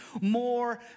more